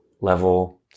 level